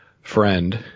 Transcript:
friend